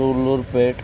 Sullurpeta